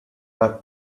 are